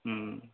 ம்